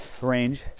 range